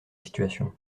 situation